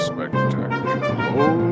Spectacular